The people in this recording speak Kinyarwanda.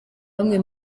bamwe